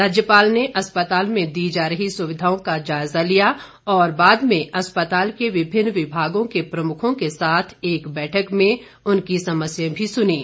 राज्यपाल ने अस्पताल में दी जा रही सुविधाओं का जायजा लिया और बाद में अस्पताल के विभिन्न विभागों के प्रमुखों के साथ एक बैठक में उनकी समस्याएं भी सुनीं